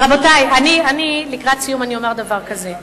רבותי, לקראת סיום אני אומר דבר כזה: